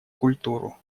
культуру